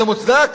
זה מוצדק,